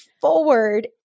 forward